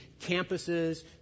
campuses